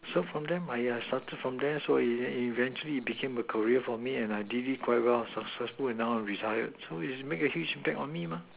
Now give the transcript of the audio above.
so from them I started so from there so it it eventually it became a career for me and I did it quite well successful and now I retired so is make a huge impact on me mah